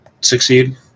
succeed